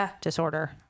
disorder